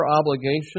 obligation